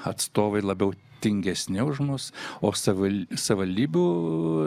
atstovai labiau tingesni už mus o savil savivaldybių